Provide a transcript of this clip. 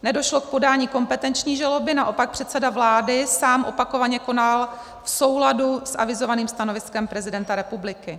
Nedošlo k podání kompetenční žaloby, naopak předseda vlády sám opakovaně konal v souladu s avizovaným stanoviskem prezidenta republiky.